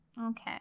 Okay